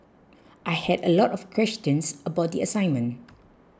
I had a lot of questions about the assignment